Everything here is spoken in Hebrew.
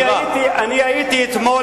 אני הייתי אתמול,